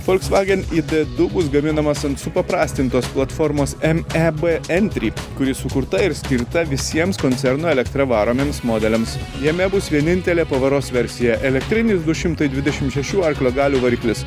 folskvagen idedu bus gaminamas ant supaprastintos platformos em e b entri kuri sukurta ir skirta visiems koncerno elektra varomiems modeliams jame bus vienintelė pavaros versija elektrinis du šimtai dvidešimt šešių arklio galių variklis